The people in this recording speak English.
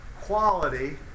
quality